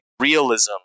realism